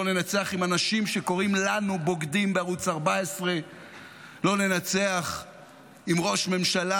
לא ננצח עם אנשים שקוראים לנו בוגדים בערוץ 14. לא ננצח עם ראש ממשלה